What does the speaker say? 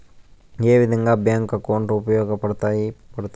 ఏ విధంగా bank account ఉపయోగపడతాయి పడ్తుంది